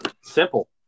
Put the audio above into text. Simple